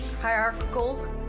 hierarchical